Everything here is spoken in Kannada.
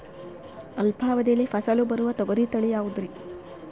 ಅಲ್ಪಾವಧಿಯಲ್ಲಿ ಫಸಲು ಬರುವ ತೊಗರಿ ತಳಿ ಯಾವುದುರಿ?